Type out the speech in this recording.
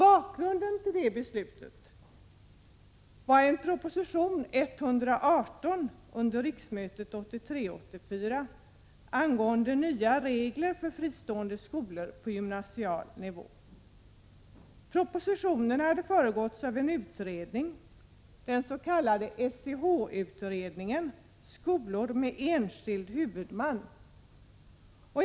Bakgrunden till det beslutet var en proposition, nr 118, under riksmötet 1983/84 angående nya regler för fristående skolor på gymnasial nivå. Propositionen hade föregåtts av en utredning, den s.k. SEH-utredningen — förkortningen står för ”skolor med enskild huvudman”.